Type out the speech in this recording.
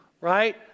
right